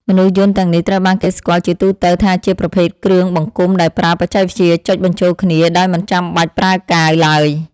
មនុស្សយន្តទាំងនេះត្រូវបានគេស្គាល់ជាទូទៅថាជាប្រភេទគ្រឿងបង្គុំដែលប្រើបច្ចេកវិទ្យាចុចបញ្ចូលគ្នាដោយមិនចាំបាច់ប្រើកាវឡើយ។